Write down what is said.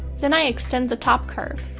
then i extend the top curve.